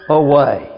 away